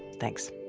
thanks